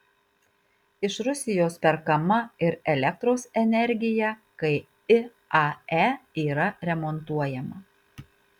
iš rusijos perkama ir elektros energija kai iae yra remontuojama